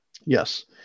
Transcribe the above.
yes